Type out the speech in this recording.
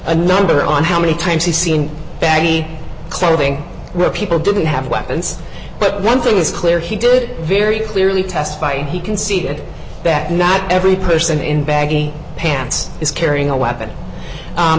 a number on how many times he's seen baggy clothing where people didn't have weapons but one thing is clear he did very clearly testified he conceded that not every person in baggy pants is carrying a weapon